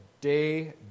day